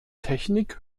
technik